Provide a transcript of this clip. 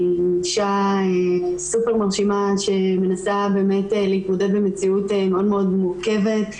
אישה סופר מרשימה שמנסה להתמודד עם מציאות מאוד מאוד מורכבת,